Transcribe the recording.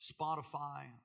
Spotify